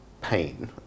pain